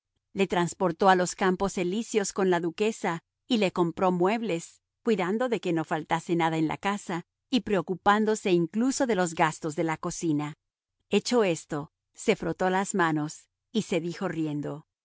le transportó a los campos elíseos con la duquesa y le compró muebles cuidando de que no faltase nada en la casa y preocupándose incluso de los gastos de la cocina hecho esto se frotó las manos y se dijo riendo